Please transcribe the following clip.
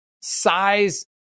size